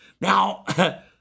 Now